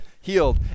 healed